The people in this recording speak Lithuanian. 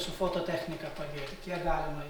su fototechnika padėti kiek galima